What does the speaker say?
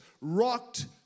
rocked